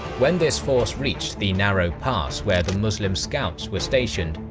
when this force reached the narrow pass where the muslim scouts were stationed,